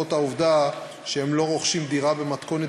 לרבות העובדה שהם לא רוכשים דירה במתכונת